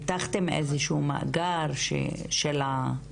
פיתחתם איזה שהוא מאגר של ה- -- כן.